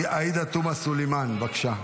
עאידה תומא סלימאן, בבקשה.